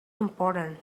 important